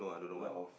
a lot of